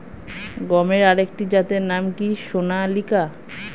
গমের আরেকটি জাতের নাম কি সোনালিকা?